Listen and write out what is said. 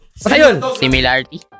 Similarity